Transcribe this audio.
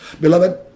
Beloved